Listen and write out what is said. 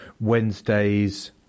Wednesday's